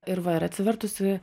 ir va ir atsivertusi